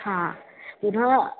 हा यधा